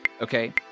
Okay